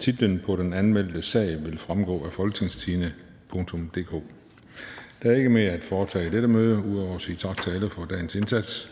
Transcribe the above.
Kl. 13:00 Den fg. formand (Christian Juhl): Der er ikke mere at foretage i dette møde ud over at sige tak til alle for dagens indsats.